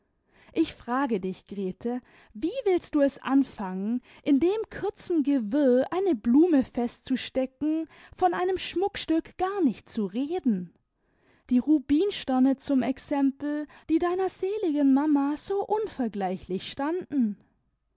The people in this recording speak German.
ich frage dich grete wie willst du es anfangen in dem kurzen gewirr eine blume festzustecken von einem schmuckstück gar nicht zu reden die rubinsterne zum exempel die deiner seligen mama so unvergleichlich standen